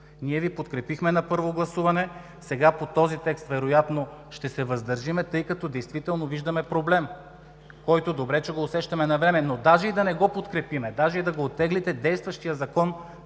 Ние Ви подкрепихме на първо гласуване, сега по този текст вероятно ще се въздържим, тъй като действително виждаме проблем, който, добре, че усещаме навреме. Но дори и да не го подкрепим, дори и да го оттеглите, действащият текст